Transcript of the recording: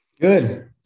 Good